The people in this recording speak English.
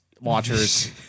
watchers